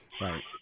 Right